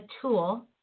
tool